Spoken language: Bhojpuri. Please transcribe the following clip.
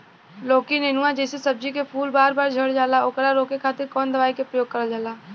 लौकी नेनुआ जैसे सब्जी के फूल बार बार झड़जाला ओकरा रोके खातीर कवन दवाई के प्रयोग करल जा?